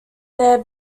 there